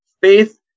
faith